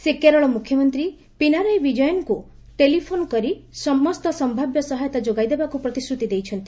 ସେ କେରଳ ମୁଖ୍ୟମନ୍ତ୍ରୀ ପିନାରାୟି ବିଜୟନଙ୍କୁ ଟେଲିଫୋନ କରି ସମସ୍ତ ସମ୍ଭାବ୍ୟ ସହାୟତା ଯୋଗାଇ ଦେବାକୁ ପ୍ରତିଶ୍ରତି ଦେଇଛନ୍ତି